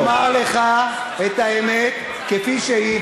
אני רוצה לומר לך את האמת כפי שהיא,